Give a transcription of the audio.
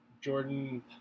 Jordan